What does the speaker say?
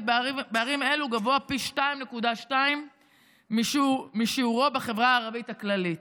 בערים אלו גבוה פי 2.2 משיעורו בחברה הערבית הכללית.